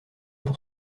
pour